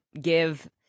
give